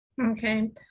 Okay